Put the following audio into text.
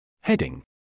Heading